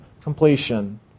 completion